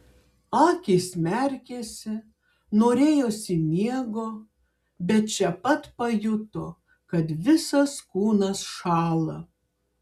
akys merkėsi norėjosi miego bet čia pat pajuto kad visas kūnas šąla